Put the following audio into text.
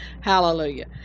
Hallelujah